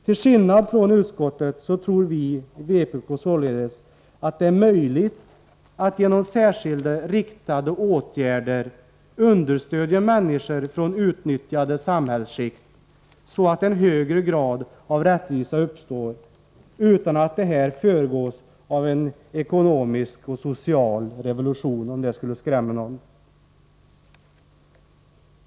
Till skillnad från utskottet tror vi i vpk således att det är möjligt att genom särskilda riktade åtgärder understödja människor från utnyttjade samhällsskikt, så att en högre grad av rättvisa uppstår, utan att detta föregås av en ekonomisk och social revolution — om det skulle skrämma någon.